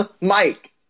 Mike